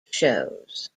shows